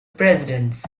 presidents